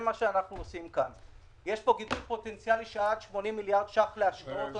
יש פה גידול פוטנציאלי של עד 80 מיליארד שקל להשקעות.